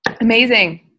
Amazing